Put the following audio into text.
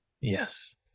yes